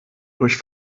durch